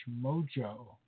Mojo